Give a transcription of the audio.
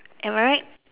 am I right